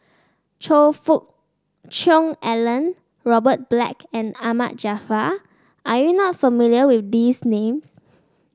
Choe Fook Cheong Alan Robert Black and Ahmad Jaafar are you not familiar with these names